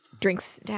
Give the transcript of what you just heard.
Drinks